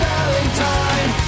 Valentine